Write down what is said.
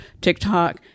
TikTok